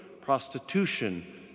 prostitution